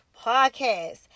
Podcast